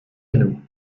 anneau